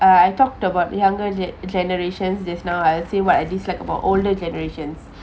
uh I talked about younger gen~ generations just now I'll say what I dislike about older generations